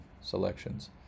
selections